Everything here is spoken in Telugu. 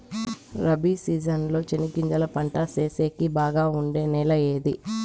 రబి సీజన్ లో చెనగగింజలు పంట సేసేకి బాగా ఉండే నెల ఏది?